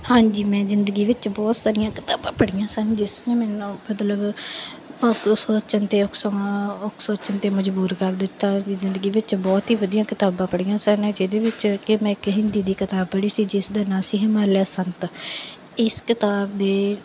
ਹਾਂਜੀ ਮੈਂ ਜ਼ਿੰਦਗੀ ਵਿੱਚ ਬਹੁਤ ਸਾਰੀਆਂ ਕਿਤਾਬਾਂ ਪੜ੍ਹੀਆਂ ਸਨ ਜਿਸ ਨੇ ਮੈਨੂੰ ਮਤਲਬ ਆਪੋ ਸੋਚਣ 'ਤੇ ਸਮਾਂ ਉਹ ਸੋਚਣ 'ਤੇ ਮਜ਼ਬੂਰ ਕਰ ਦਿੱਤਾ ਕਿ ਜ਼ਿੰਦਗੀ ਵਿੱਚ ਬਹੁਤ ਹੀ ਵਧੀਆ ਕਿਤਾਬਾਂ ਪੜ੍ਹੀਆਂ ਸਾਰੀਆਂ ਜਿਹਦੇ ਵਿੱਚ ਕਿ ਮੈਂ ਇੱਕ ਹਿੰਦੀ ਦੀ ਕਿਤਾਬ ਪੜ੍ਹੀ ਸੀ ਜਿਸ ਦੇ ਨਾਂ ਸੀ ਹਿਮਾਲਿਆ ਸੰਤ ਇਸ ਕਿਤਾਬ ਦੇ